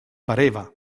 pareva